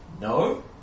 No